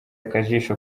akajisho